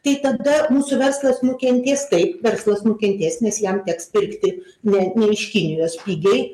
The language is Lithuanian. tai tada mūsų verslas nukentės taip verslas nukentės nes jam teks pirkti ne ne iš kinijos pigiai